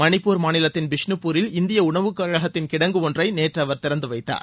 மணிப்பூர் மாநிலத்தின் பிஷ்னுப்பூரில் இந்திய உணவுக்கழகத்தின் கிடங்கு ஒன்றை நேற்று அவர் திறந்து வைத்தார்